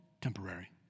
temporary